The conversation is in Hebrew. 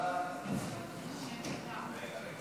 ההצעה להעביר את